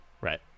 Right